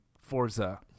Forza